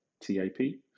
t-a-p